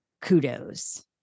kudos